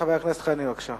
חבר הכנסת דב חנין, בבקשה.